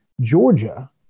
Georgia